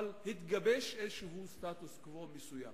אבל התגבש איזה סטטוס-קוו מסוים,